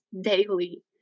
daily